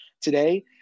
today